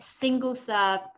single-serve